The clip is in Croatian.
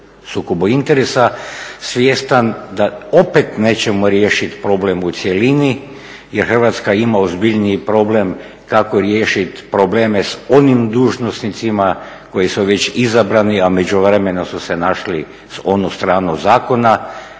sukobu interesa svjestan da opet nećemo riješiti problem u cjelini jer Hrvatska ima ozbiljniji problem kako riješiti probleme s onim dužnosnicima koji su već izabrani, a u međuvremenu su se našli s one strane zakona,